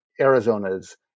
Arizona's